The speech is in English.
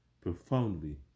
profoundly